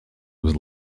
was